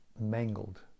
mangled